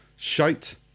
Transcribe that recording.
Shite